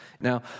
Now